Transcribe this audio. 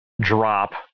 drop